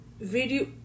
Video